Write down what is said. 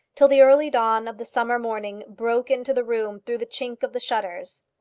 till the early dawn of the summer morning broke into the room through the chink of the shutters.